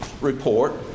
report